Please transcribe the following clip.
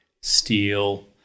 steel